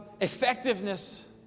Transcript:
effectiveness